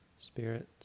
spirits